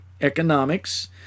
economics—